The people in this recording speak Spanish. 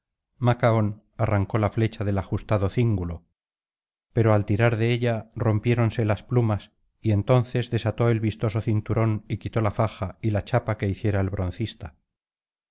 macaón arrancó la flecha del ajustado cíngulo pero al tirar de ella rompiéronse las plumas y entonces desató el vistoso cinturón y quitó la faja y la chapa que hiciera el